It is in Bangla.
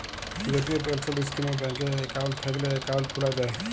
জাতীয় পেলসল ইস্কিমে ব্যাংকে একাউল্ট থ্যাইকলে একাউল্ট খ্যুলা যায়